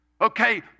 Okay